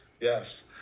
yes